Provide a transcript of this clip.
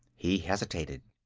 he hesitated.